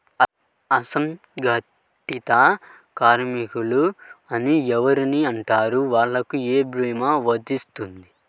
అసంగటిత కార్మికులు అని ఎవరిని అంటారు? వాళ్లకు ఏ భీమా వర్తించుతుంది?